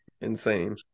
Insane